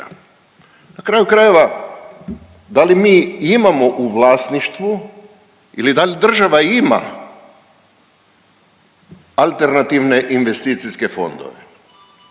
Na kraju krajeva, da li mi i imamo u vlasništvu ili da li država ima alternativne investicijske fondove?